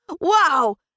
Wow